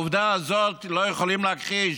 את העובדה הזאת לא יכולים להכחיש.